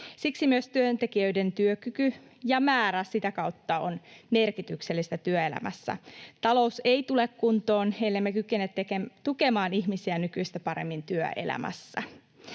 Siksi myös työntekijöiden työkyky ja sitä kautta määrä on merkityksellistä työelämässä. Talous ei tule kuntoon, ellemme kykene tukemaan ihmisiä nykyistä paremmin työelämässä.